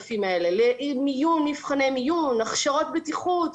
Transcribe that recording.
ה-9,000 האלה מבחני מיון, הכשרות בטיחות.